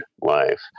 life